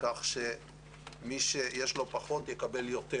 כך שבאופן עקרוני מי שיש לו פחות, יקבל יותר.